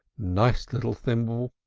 nice little thimble!